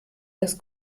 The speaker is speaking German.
das